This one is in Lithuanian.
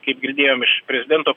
kaip girdėjom iš prezidento